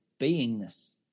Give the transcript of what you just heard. beingness